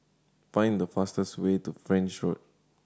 find the fastest way to French Road